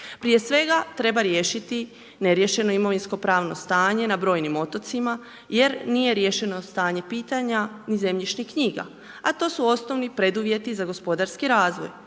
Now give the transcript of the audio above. Prije svega treba riješiti neriješeno imovinsko pravno stanje na brojnim otocima jer nije riješeno stanje pitanja zemljišnih knjiga a to su osnovni preduvjeti za gospodarski razvoj.